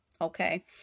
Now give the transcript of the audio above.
Okay